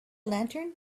lantern